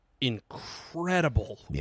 incredible